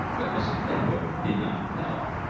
but mrs. renwick did not know.